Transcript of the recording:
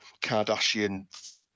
kardashian